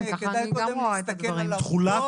כדאי קודם להסתכל על העובדות.